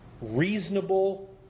reasonable